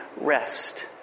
rest